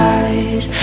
eyes